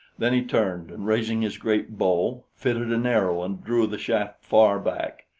then he turned and raising his great bow, fitted an arrow and drew the shaft far back.